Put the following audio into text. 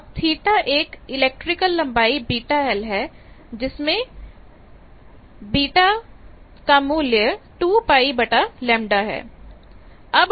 अब θ एक इलेक्ट्रिकल लंबाई βl है जिसमें β2 π λ है